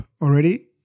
already